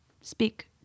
speak